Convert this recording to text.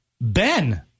Ben